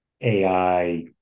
AI